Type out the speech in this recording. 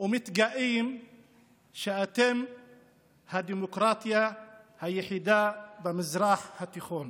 ומתגאים שאתם הדמוקרטיה היחידה במזרח התיכון,